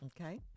okay